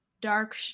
dark